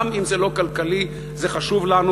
גם אם זה לא כלכלי זה חשוב לנו,